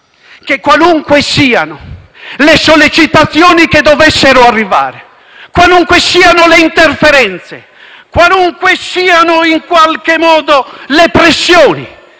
che qualunque siano le sollecitazioni che dovessero arrivare, qualunque siano le interferenze, qualunque siano le pressioni